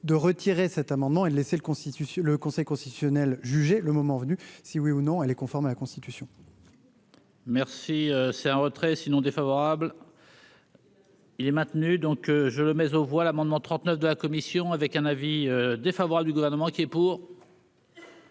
de retirer cet amendement et de laisser le constitue le Conseil constitutionnel jugé le moment venu si oui ou non elle est conforme à la Constitution. Merci, c'est un retrait sinon défavorable. Il est maintenu, donc je le mais aux voix l'amendement trente-neuf de la Commission, avec un avis défavorable du gouvernement qui est pour.